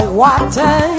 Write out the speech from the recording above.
water